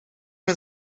men